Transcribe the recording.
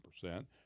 percent